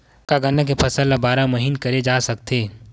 का गन्ना के फसल ल बारह महीन करे जा सकथे?